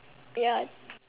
ya